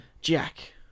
Jack